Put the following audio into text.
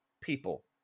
People